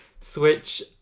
switch